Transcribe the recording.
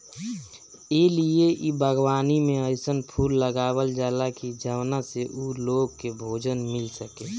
ए लिए इ बागवानी में अइसन फूल लगावल जाला की जवना से उ लोग के भोजन मिल सके